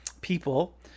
people